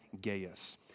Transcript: Gaius